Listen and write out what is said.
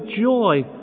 joy